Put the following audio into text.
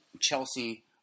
Chelsea